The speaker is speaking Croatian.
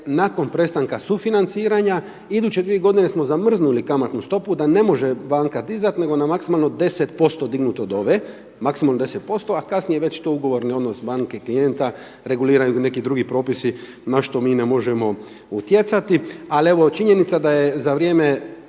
nakon prestanka sufinanciranja iduće dvije godine smo zamrznuli kamatnu stopu da ne može banka dizati nego na maksimalno 10% dignut od ove, maksimalno 10%, a kasnije već to ugovorni odnos banke i klijenta reguliraju neki drugi propisi na što mi ne možemo utjecati. Ali evo činjenica je da je za vrijeme